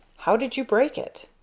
how did you break it?